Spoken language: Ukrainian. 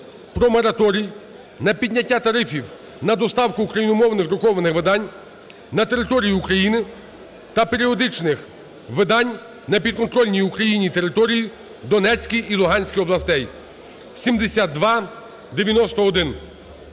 про мораторій на підняття тарифів на доставку україномовних друкованих видань на території України та періодичних видань на підконтрольній Україні території Донецької і Луганської областей (7291).